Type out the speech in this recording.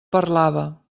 parlava